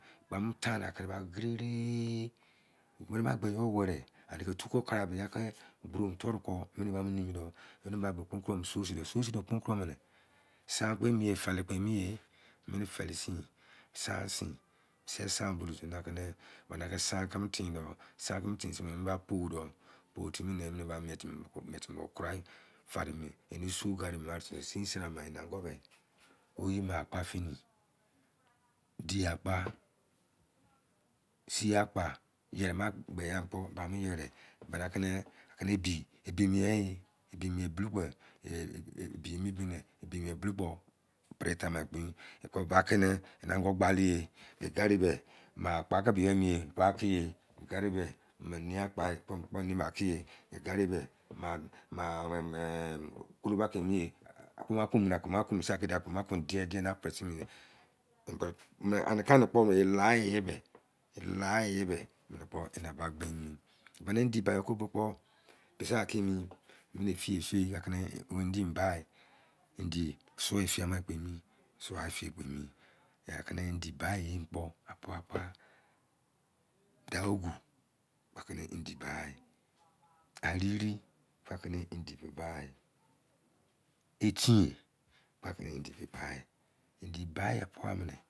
Tarẹ gerere, anẹ tuku were anẹ ne tuku ka wẹrẹ san kpomi, ferẹ kpomi ye mene feresin san sin, mẹse san keme tindọ san keme tin dọ san kẹmẹ tin timi emene mẹ bra pọ dọ ane emẹnẹ ba mien timi kurai mẹsẹ san mẹ angu mẹ oyi ma akpa fini di akpa si akpa mẹ ma pai mọ bọ dia yerin anẹ ebi, ebi mien e, ebi mien buloubu ebi mi dọ nẹ anugu gbale yẹ akpa ke mien ma yẹ emẹnẹ indi ba ye kobo kpo saki keme mẹnẹ feyẹfeyẹ indi ba, emẹnẹ indi fe fiai ma kpe mi sọ afe kpomi indi ba ye kpo apapa, ariri ane indi ba ye a tin indi ba yẹ,